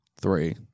Three